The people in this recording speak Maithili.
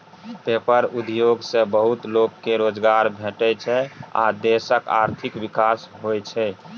पेपर उद्योग सँ बहुत लोक केँ रोजगार भेटै छै आ देशक आर्थिक विकास होइ छै